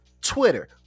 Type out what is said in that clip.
Twitter